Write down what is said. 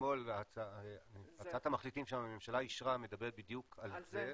אתמול הצעת המחליטים שהממשלה אישרה מדברת בדיוק על זה.